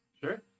Sure